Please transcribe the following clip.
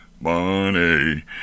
money